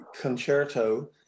concerto